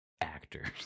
actors